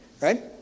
Right